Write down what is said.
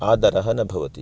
आदर न भवति